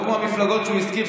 לא כמו המפלגות שהוא הזכיר,